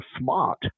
smart